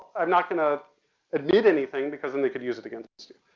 i'm not gonna admit anything because then they could use it against you.